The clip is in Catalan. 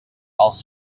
els